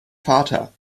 vater